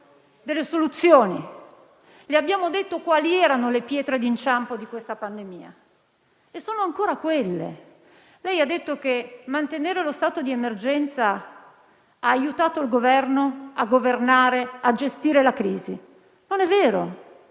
delle soluzioni, le abbiamo detto quali erano le pietre d'inciampo di questa pandemia: e sono ancora quelle. Lei ha detto che mantenere lo stato di emergenza ha aiutato il Governo a governare e a gestire la crisi. Non è vero.